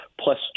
plus